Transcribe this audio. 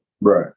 Right